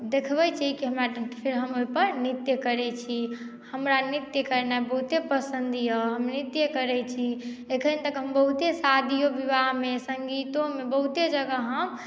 देखबैत छी की हम एहिपर नृत्य करैत छी हमरा नृत्य करनाइ बहुते पसन्द यए हम नृत्य करैत छी अखन तक हम बहुते शादियो व्याहमे सङ्गीतमे बहुते जगह हम